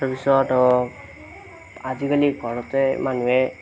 তাৰপিছত আজিকালি ঘৰতে মানুহে